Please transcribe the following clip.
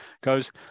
goes